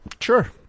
Sure